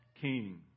King